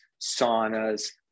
saunas